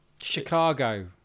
Chicago